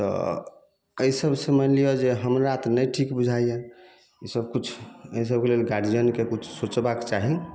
तऽ एहि सबसे मानि लिअ जे हमरा तऽ नहि ठीक बुझाइया ईसब किछु एहि सबके लेल गार्जियनके किछु सोचबाके चाही